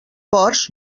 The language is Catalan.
ports